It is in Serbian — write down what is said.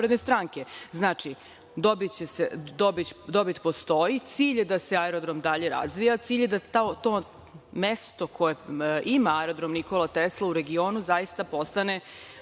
SNS.Znači, dobit postoji. Cilj je da se aerodrom dalje razvija. Cilj je da to mesto koje ima aerodrom „Nikola Tesla“ u regionu zaista postane